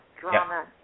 drama